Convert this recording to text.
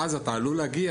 ואז אתה עלול להגיע,